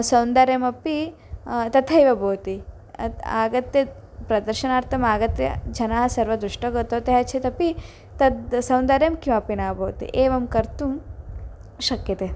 सौन्दर्यमपि तथैव भवति आगत्य प्रदर्शनार्थम् आगत्य जनाः सर्वं दृष्ट्वा गतवत्यः चेदपि तद् सौन्दर्यं किमपि न भवति एवं कर्तुं शक्यते